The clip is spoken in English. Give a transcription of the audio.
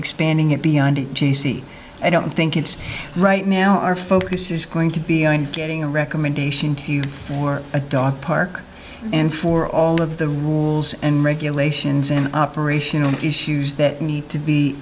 expanding it beyond g c i don't think it's right now our focus is going to be on getting a recommendation to you for a dog park and for all of the rules and regulations and operational issues that need to be